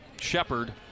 Shepard